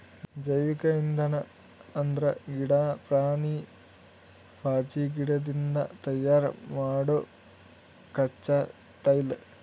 ಜೈವಿಕ್ ಇಂಧನ್ ಅಂದ್ರ ಗಿಡಾ, ಪ್ರಾಣಿ, ಪಾಚಿಗಿಡದಿಂದ್ ತಯಾರ್ ಮಾಡೊ ಕಚ್ಚಾ ತೈಲ